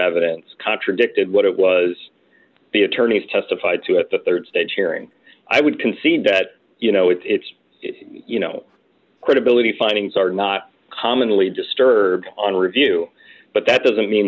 evidence contradicted what it was the attorneys testified to at the rd stage hearing i would concede that you know it's you know credibility findings are not commonly disturb on review d but that doesn't mean